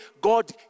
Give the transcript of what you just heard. God